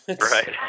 Right